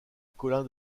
colin